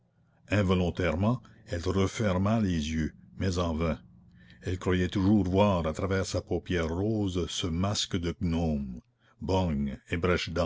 involontairement elle referma les yeux mais en vain elle croyait toujours voir à travers sa paupière rose ce masque de gnome